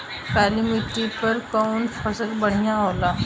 काली माटी पर कउन फसल बढ़िया होला?